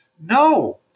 No